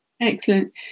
Excellent